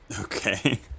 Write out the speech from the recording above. Okay